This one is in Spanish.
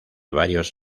varios